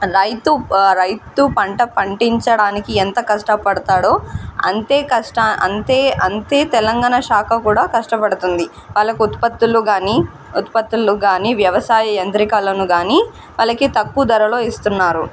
రైతు రైతు పంట పండించడానికి ఎంత కష్టపడుతాడో అంతే కష్టా అంతే అంతే తెలంగాణ శాఖ కూడా కష్టపడుతుంది వాళ్ళకు ఉత్పతులు కానీ ఉత్పతులు కానీ వ్యవసాయ యంత్రికలను కానీ వాళ్ళకి తక్కువ ధరలో ఇస్తున్నారు